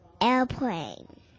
airplane